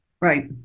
Right